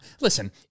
listen